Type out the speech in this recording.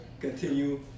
continue